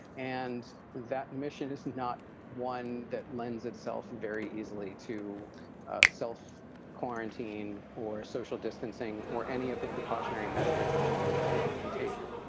and that mission is not one that lends itself very easily to self quarantine or social distancing or any of the precautionary measures that you need to take in contagion